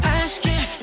asking